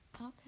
Okay